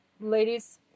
ladies